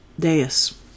dais